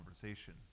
conversation